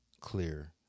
clear